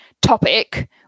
topic